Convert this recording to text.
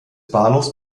bahnhofs